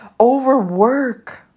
overwork